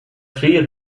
three